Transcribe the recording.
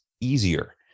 easier